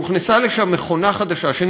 מכונה חדשה שהוכנסה לשם,